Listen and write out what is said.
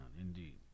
indeed